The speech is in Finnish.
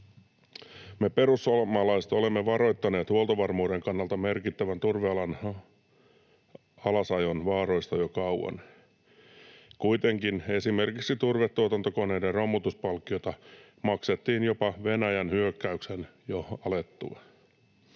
Me perussuomalaiset olemme varoittaneet huoltovarmuuden kannalta merkittävän turvealan alasajon vaaroista jo kauan. Kuitenkin esimerkiksi turvetuotantokoneiden romutuspalkkiota maksettiin jopa Venäjän hyökkäyksen jo alettua.